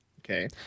Okay